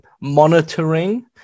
monitoring